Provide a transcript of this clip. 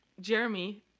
Jeremy